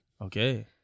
Okay